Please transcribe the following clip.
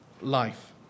life